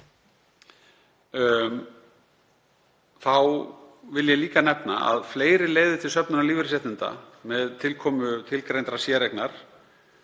Þá vil ég líka nefna að fleiri leiðir til söfnunar lífeyrisréttinda með tilkomu tilgreindrar séreignar